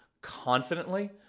confidently